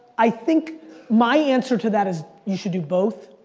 i think my answer to that is, you should do both.